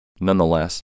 Nonetheless